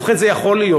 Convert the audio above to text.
ובכן, זה יכול להיות.